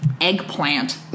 eggplant